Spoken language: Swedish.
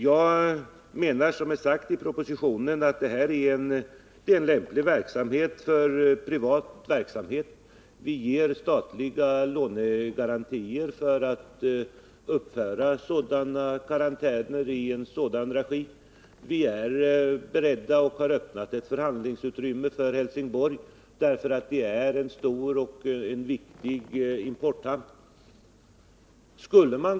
Jag menar, som det sägs i propositionen, att detta är en lämplig verksamhet för privat drift. Vi ger statliga lånegarantier för att uppföra karantäner i sådan regi. Vi är fullt beredda och har öppnat ett förhandlingsutrymme för Helsingborg, därför att man där har en stor och viktig importhamn.